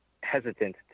hesitant